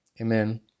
Amen